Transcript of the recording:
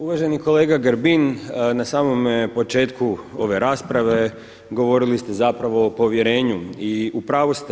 Uvaženi kolega Grbin, na samom početku ove rasprave govorili ste zapravo o povjerenju i u pravu ste.